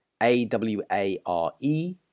A-w-a-r-e